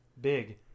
Big